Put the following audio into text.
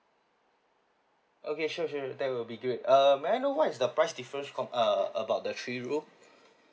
okay sure sure sure sure that will be great um may I know what is the price difference com~ uh about the three room